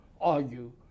argue